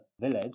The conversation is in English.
village